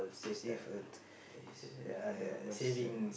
safe uh is uh what's um